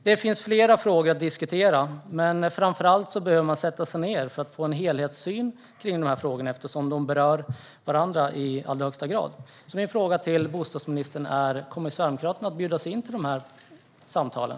Det finns flera frågor att diskutera, men framför allt behöver man sätta sig ned för att få en helhetssyn på dessa frågor, eftersom de berör varandra i allra högsta grad. Min fråga till bostadsministern är: Kommer Sverigedemokraterna att bjudas in till samtalen?